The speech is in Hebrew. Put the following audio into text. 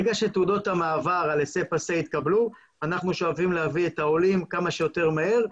ברגע שתעודות המעבר יתקבלו אנחנו שואפים להביא את העולים כמה שיותר מהר.